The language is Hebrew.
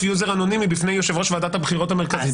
יוזר אנונימי בפני יושב-ראש ועדת הבחירות המרכזית,